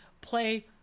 play